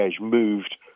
moved